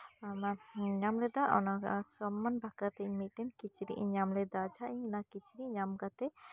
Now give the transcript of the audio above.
ᱟᱭᱢᱟᱧ ᱧᱟᱢ ᱞᱮᱫᱟ ᱚᱱᱟ ᱥᱚᱢᱢᱟᱱ ᱵᱟᱠᱷᱨᱟᱛᱮ ᱤᱧ ᱢᱤᱫ ᱫᱤᱱ ᱠᱤᱪᱨᱤᱪ ᱤᱧ ᱧᱟᱢ ᱞᱮᱫᱟ ᱟᱪᱪᱷᱟ ᱤᱧ ᱢᱟ ᱠᱤᱪᱨᱤᱪ ᱧᱟᱢ ᱠᱟᱛᱮ